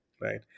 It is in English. right